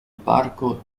parco